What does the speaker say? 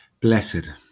Blessed